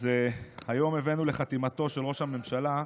אז היום הבאנו לחתימתו של ראש הממשלה,